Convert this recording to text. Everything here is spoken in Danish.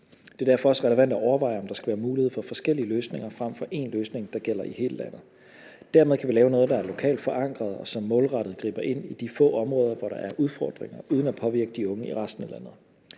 Det er derfor også relevant at overveje, om der skal være mulighed for forskellige løsninger frem for én løsning, der gælder i hele landet. Dermed kan vi lave noget, der er lokalt forankret, og som målrettet griber ind i de få områder, hvor der er udfordringer, uden at påvirke de unge i resten af landet.